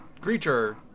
creature